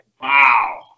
Wow